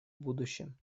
будущем